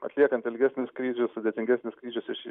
atliekant ilgesnius skrydžius sudėtingesnius skryžius iš